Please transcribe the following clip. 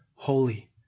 Holy